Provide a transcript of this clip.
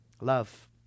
Love